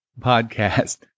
Podcast